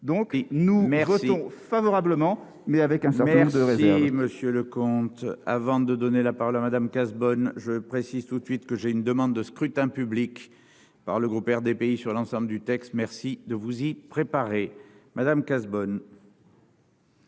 donc nous méritons favorablement, mais avec un salaire de. Monsieur le comte avant de donner la parole à Madame Cazebonne, je précise tout de suite que j'ai une demande de scrutin public par le groupe RDPI sur l'ensemble du texte, merci de vous y préparer Madame Cazebonne.